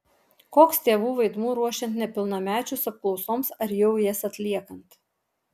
koks tėvų vaidmuo ruošiant nepilnamečius apklausoms ar jau jas atliekant